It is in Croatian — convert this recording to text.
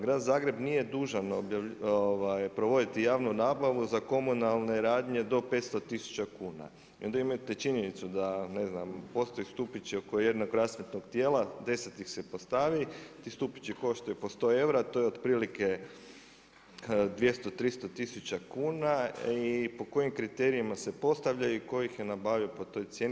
Grad Zagreb nije dužan provoditi javnu nabavu za komunalne radnje do 500 tisuća kuna i onda imate činjenicu da ne znam postoje stupići oko jednog rasvjetnog tijela, 10 ih se postavi, ti stupići koštaju po 100 eura, to je otprilike 200, 300 tisuća kuna i po kojim kriterijima se postavljaju i tko ih je nabavio po toj cijeni.